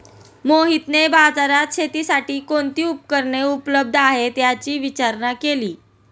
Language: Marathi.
मोहितने बाजारात शेतीसाठी कोणती उपकरणे उपलब्ध आहेत, याची विचारणा केली